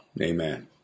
Amen